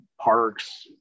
parks